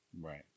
Right